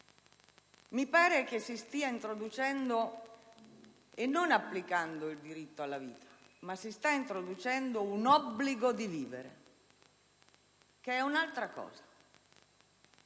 che non si stia introducendo e applicando il diritto alla vita, ma che si stia introducendo un obbligo di vivere, che è un'altra cosa.